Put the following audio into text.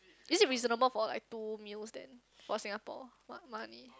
is it reasonable for like two meals then for Singapore what money